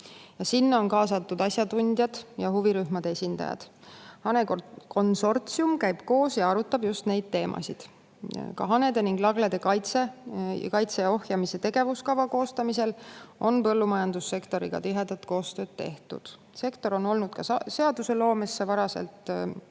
Sinna on kaasatud asjatundjad ja huvirühmade esindajad. Hanekonsortsium käib koos ja arutab just neid teemasid. Ka hanede ja laglede kaitse ja ohjamise tegevuskava koostamisel on põllumajandussektoriga tihedat koostööd tehtud. Sektor on olnud seadusloomesse varakult kaasatud